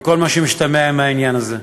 עם כל מה שמשתמע מהעניין הזה.